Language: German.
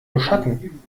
beschatten